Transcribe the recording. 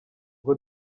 ngo